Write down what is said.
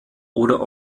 oder